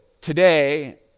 today